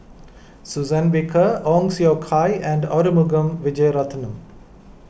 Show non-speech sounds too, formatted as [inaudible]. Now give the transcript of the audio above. Suzann Victor Ong Siong Kai and Arumugam Vijiaratnam [noise]